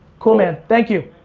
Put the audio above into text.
cool, man. thank you.